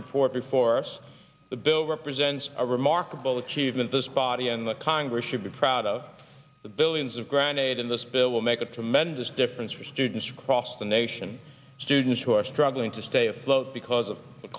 report before us the bill represents a remarkable achievement this body and the congress should be proud of the billions of granite in this bill will make a tremendous difference for students across the nation students who are struggling to stay afloat because of the